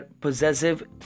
possessive